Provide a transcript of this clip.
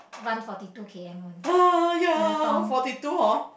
run forty two K_M one marathon